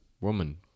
woman